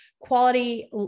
quality